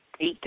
eight